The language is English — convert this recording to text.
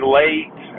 late